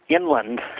inland